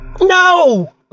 No